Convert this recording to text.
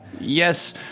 Yes